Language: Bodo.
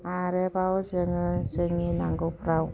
आरोबाव जोङो जोंनि नांगौफ्राव